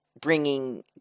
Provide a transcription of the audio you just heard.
bringing